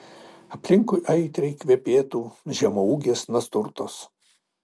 aplinkui aitriai kvepėtų žemaūgės nasturtos